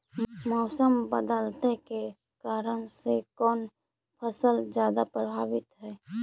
मोसम बदलते के कारन से कोन फसल ज्यादा प्रभाबीत हय?